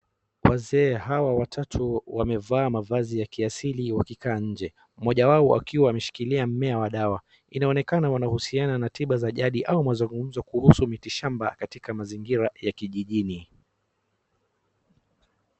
Wazee hawa watatu wamevaa mavazi ya kiasili wakikaa nje. Mmoja wao akiwa ameshikilia mmea wa dawa. Inaonekana wanahusiana na tiba za jadi ama mazungumzo kuhusu mitishamba katika mazingira ya kijijini.